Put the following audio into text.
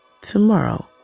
tomorrow